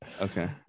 Okay